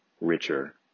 richer